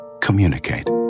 Communicate